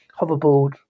hoverboard